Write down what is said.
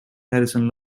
harrison